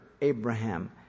Abraham